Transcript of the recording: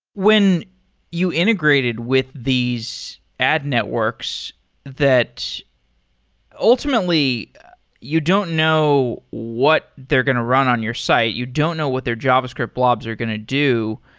when you integrated with these ad networks that ultimately you don't know what they're going to run on your site. you don't know what their javascript blobs are going to do.